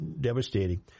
devastating